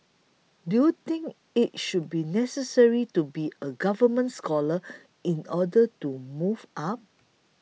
do you think it should be necessary to be a government scholar in order to move up